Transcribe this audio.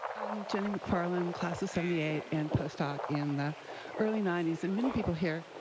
i'm jenny mcfarland, class of seventy eight and postdoc in the early ninety s. and many people here,